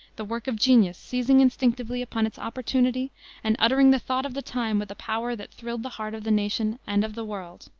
the work of genius seizing instinctively upon its opportunity and uttering the thought of the time with a power that thrilled the heart of the nation and of the world.